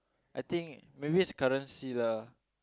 I think maybe currency lah